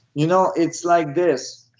you know it's like this.